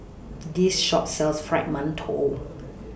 This Shop sells Fried mantou